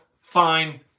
fine